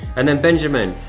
and then benjamin,